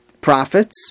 prophets